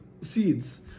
seeds